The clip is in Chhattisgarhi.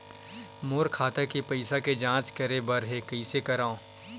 मोर खाता के पईसा के जांच करे बर हे, कइसे करंव?